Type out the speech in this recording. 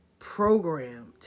programmed